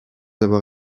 avoir